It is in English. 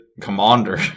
Commander